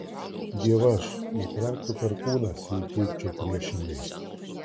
dievaž nutrenktų perkūnas jei teigčiau priešingai